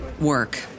work